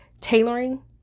tailoring